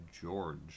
George